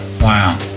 wow